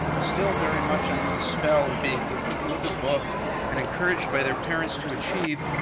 still very much under the spell of being the people of the book and encouraged by their parents to achieve,